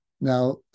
Now